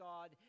God